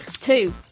Two